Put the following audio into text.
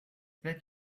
that